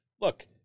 look